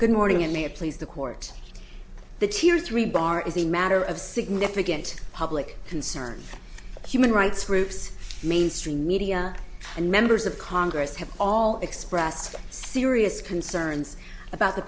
good morning in may it please the court the tears rebar is a matter of significant public concern human rights groups mainstream media and members of congress have all expressed serious concerns about the